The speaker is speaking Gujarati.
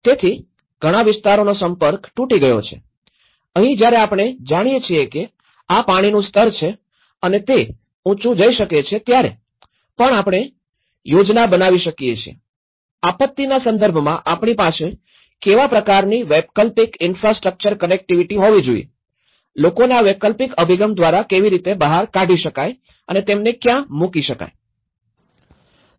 તેથી ઘણા વિસ્તરોનો સંપર્ક તૂટી ગયો હતો અહીં જયારે આપણે જાણીયે છીએ કે આ પાણીનું સ્તર છે અને તે ઉંચુ જઇ શકે છે ત્યારે પણ આપણે પણ યોજના બનાવી શકીએ છીએ આપત્તિના સંદર્ભમા આપણી પાસે કેવા પ્રકારની વૈકલ્પિક ઇન્ફ્રાસ્ટ્રક્ચર કનેક્ટિવિટી હોવી જોઈએ લોકોને આ વૈકલ્પિક અભિગમ દ્વારા કેવી રીતે બહાર કાઢી શકાય અને તેમને ક્યાં મૂકી શકીએ